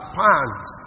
pants